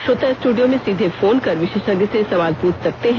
श्रोता स्ट्रडियो में सीधे फोन कर विशेषज्ञ से सवाल पृछ सकते हैं